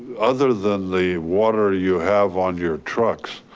other than the water you have on your trucks,